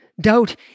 Doubt